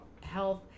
health